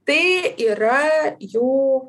tai yra jų